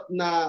na